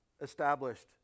established